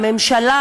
הממשלה,